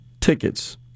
tickets